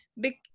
big